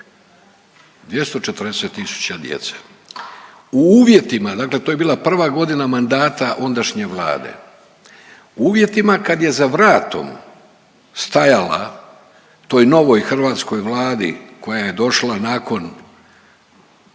240 djece u uvjetima, dakle to je bila prva godina mandata ondašnje vlade, u uvjetima kad je za vratom stajala toj novoj hrvatskoj vladi koja je došla nakon